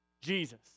Jesus